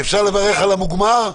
אפשר לברך על המוגמר?